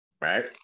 Right